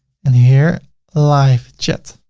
and here live chat.